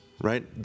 right